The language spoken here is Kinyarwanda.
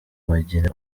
bagira